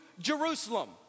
Jerusalem